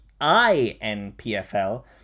INPFL